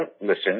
Listen